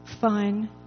fun